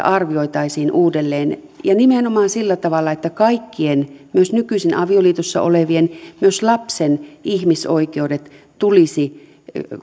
arvioitaisiin uudelleen ja nimenomaan sillä tavalla että kaikkien myös nykyisin avioliitossa olevien ja myös lapsen ihmisoikeudet tulisivat